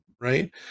right